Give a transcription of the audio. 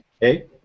hey